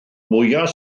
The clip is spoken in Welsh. mwyaf